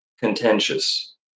contentious